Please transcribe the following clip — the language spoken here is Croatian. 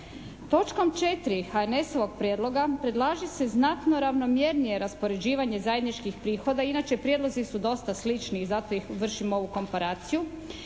Točkom 4. HNS-ovog prijedloga predlaže se znatno ravnomjernije raspoređivanje zajedničkih prihoda, inače prijedlozi su dosta slični i zato vršim ovu komparaciju,